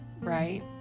right